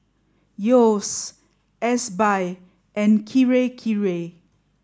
Yeo's Ezbuy and Kirei Kirei